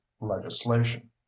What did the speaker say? legislation